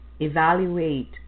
evaluate